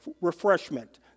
refreshment